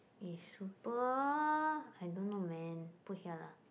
is super I don't know man put here lah